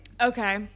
Okay